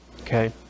Okay